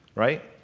right?